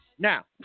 Now